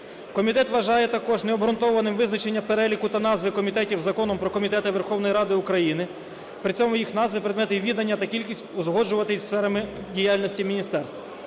Комітет вважає також необґрунтованим визначення переліку та назви комітетів Законом "Про комітети Верховної Ради України", при цьому їх назви, предмети відання та кількість узгоджувати із сферами діяльності міністерств.